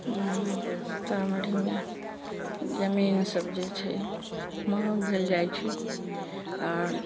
सीतामढ़ीमे जमीन सभ जे छै महग भेल जाइ छै आओर